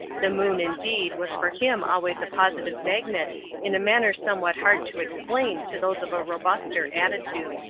the moon, indeed, was for him always a positive magnet in a manner somewhat hard to explain to those of a robuster attitude.